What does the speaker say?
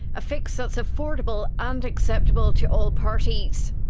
a fix that's affordable and acceptable to all parties.